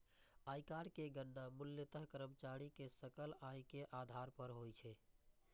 आयकर के गणना मूलतः कर्मचारी के सकल आय के आधार पर होइ छै